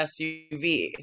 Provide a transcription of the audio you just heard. SUV